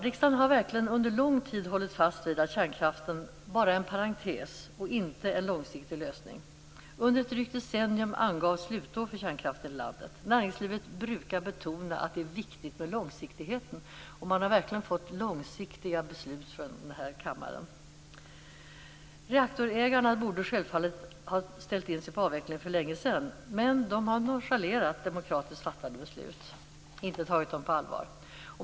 Riksdagen har verkligen under lång tid hållit fast vid att kärnkraften bara är en parentes, inte en långsiktig lösning. Under drygt ett decennium angavs slutår för kärnkraften i landet. Näringslivet brukar betona att det är viktigt med långsiktighet, och man har verkligen fått långsiktiga beslut från denna kammare. Reaktorägarna borde självfallet ha ställt in sig på avveckling för länge sedan men de har nonchalerat demokratiskt fattade beslut. De har alltså inte tagit dem på allvar.